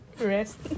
Rest